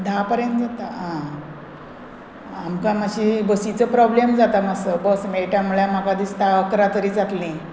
धा पर्यंत जाता आं आमकां मात्शें बसीचो प्रोब्लेम जाता मातसो बस मेयटा म्हणल्यार म्हाका दिसता अकरा तरी जातली